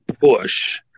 push